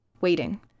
waiting